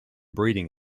breeding